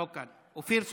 לא כאן, אופיר סופר,